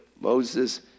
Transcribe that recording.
Moses